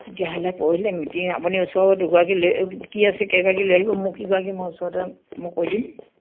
তেতিয়াহ'লে পৰহিলৈ মিটিং আপুনি ওচৰ দুগৰাকী কি আছে কেইগৰাকী লৈ আহিব মোক এইভাগে মই ওচৰতে মই কৈ দিম